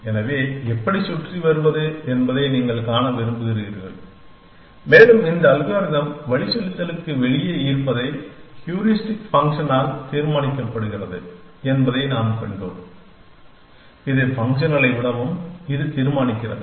எனவே எப்படிச் சுற்றி வருவது என்பதை நீங்கள் காண விரும்புகிறீர்கள் மேலும் இந்த அல்காரிதம் வழிசெலுத்தலுக்கு வெளியே இருப்பதை ஹியூரிஸ்டிக் ஃபங்க்ஷன் ஆல் தீர்மானிக்கப்படுகிறது என்பதை நாம் கண்டோம் இது ஃபங்க்ஷன்களை விடவும் இது தீர்மானிக்கிறது